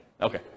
okay